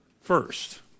first